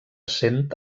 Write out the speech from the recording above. cent